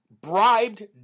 bribed